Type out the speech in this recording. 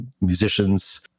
musicians